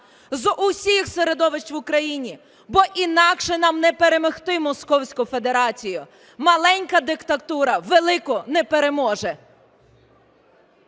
з усіх середовищ в Україні, бо інакше нам не перемогти московську федерацію. Маленька диктатура велику не переможе!